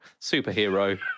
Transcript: superhero